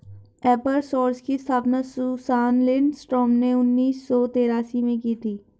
एपर सोर्स की स्थापना सुसान लिंडस्ट्रॉम ने उन्नीस सौ तेरासी में की थी